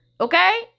Okay